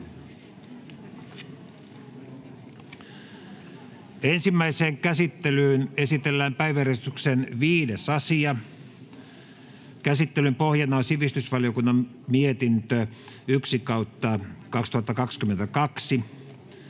Ensimmäiseen käsittelyyn esitellään päiväjärjestyksen 5. asia. Käsittelyn pohjana on sivistysvaliokunnan mietintö SiVM